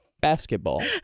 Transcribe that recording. basketball